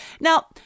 Now